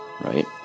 right